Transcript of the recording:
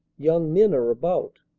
young men are about.